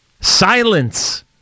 Silence